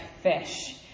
fish